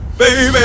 baby